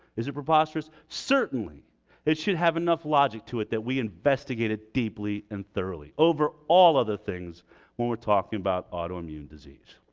is it preposterous? certainly it should have enough logic to it that we investigate it deeply and thoroughly over all other things when we're talking about autoimmune disease.